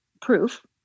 proof